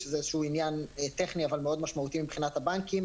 שזה איזה שהוא עניין טכני אבל מאוד משמעותי מבחינת הבנקים,